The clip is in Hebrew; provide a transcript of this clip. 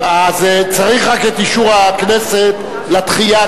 אז צריך רק את אישור הכנסת לדחייה,